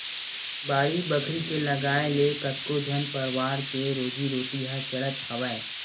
बाड़ी बखरी के लगाए ले कतको झन परवार के रोजी रोटी ह चलत हवय